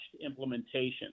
implementation